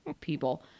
people